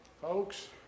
Folks